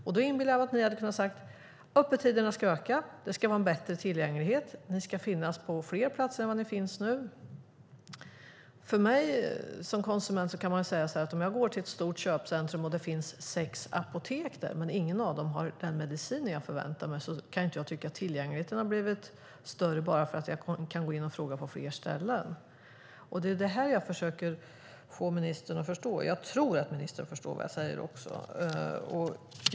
Jag inbillar mig att ni hade kunnat säga: Öppettiderna ska öka, det ska vara en bättre tillgänglighet och ni ska finnas på fler platser än ni finns nu. För mig som konsument kan jag säga att om jag går till ett stort köpcentrum och det finns sex apotek där men inget av dem har den medicin jag förväntar mig kan jag inte tycka att tillgängligheten har blivit större bara för att jag kan gå in och fråga på fler ställen. Det är det här jag försöker få ministern att förstå. Jag tror att ministern förstår vad jag säger också.